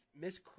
Miss